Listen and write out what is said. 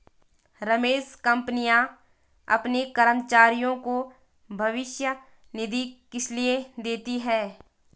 रमेश कंपनियां अपने कर्मचारियों को भविष्य निधि किसलिए देती हैं?